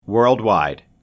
Worldwide